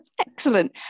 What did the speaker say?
Excellent